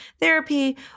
therapy